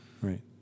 Right